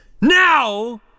Now